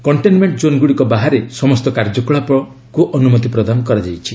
containment ଜୋନ୍ଗୁଡ଼ିକ ବାହାରେ ସମସ୍ତ କାର୍ଯ୍ୟକଳାପଗୁଡ଼ିକୁ ଅନୁମତି ପ୍ରଦାନ କରାଯାଇଛି